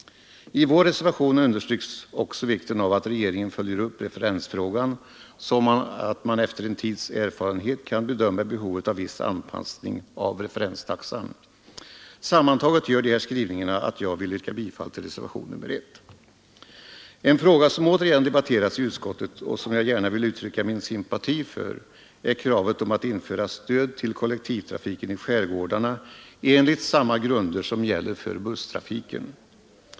I vår reservation understryks också vikten av att regeringen följer upp referensfrågan, så att man efter en tids erfarenhet kan bedöma behovet av viss anpassning av referenstaxan. Sammantaget gör de här skrivningarna att jag vill yrka bifall till reservationen 1. Ett önskemål som återigen debatterats i utskottet och som jag gärna vill uttrycka min sympati för är stöd till kollektivtrafiken i skärgårdarna enligt samma grunder som gäller för busstrafiken.